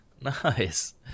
Nice